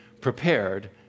prepared